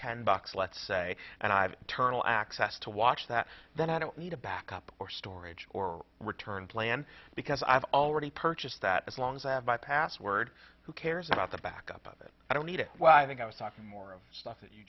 ten bucks let's say and i have turn all access to watch that then i don't need a backup or storage or return plan because i've already purchased that as long as i have my password who cares about the back of it i don't need it well i think i was talking more of the stuff that you